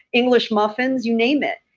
english muffins you name it.